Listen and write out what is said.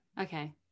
okay